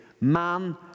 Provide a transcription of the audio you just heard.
man